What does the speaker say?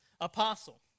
apostle